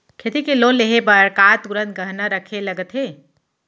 खेती के लोन लेहे बर का तुरंत गहना रखे लगथे?